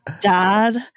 dad